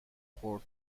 خورد